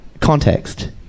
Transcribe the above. context